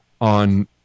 on